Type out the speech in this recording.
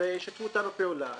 ושיתפו איתנו פעולה.